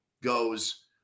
goes